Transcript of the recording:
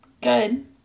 good